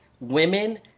women